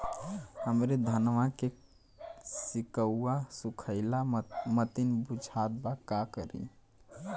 हमरे धनवा के सीक्कउआ सुखइला मतीन बुझात बा का करीं?